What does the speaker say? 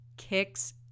kicks